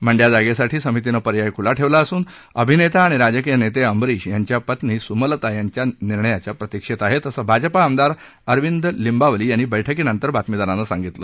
मंड्या जागेसाठी समितीनं पर्याय खुला ठेवला असून अभिनेता आणि राजकीय नेते अंबरीश यांच्या पत्नी सुमलता यांच्या निर्णयाच्या प्रतिक्षेत आहेत असं भाजपा आमदार अरविंद लिंबावली यांनी बैठकीनंतर बातमीदारांना सांगितलं